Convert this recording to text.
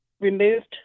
removed